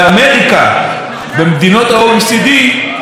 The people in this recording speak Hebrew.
יחול באופן כמעט אוטומטי גם בישראל.